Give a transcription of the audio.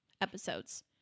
episodes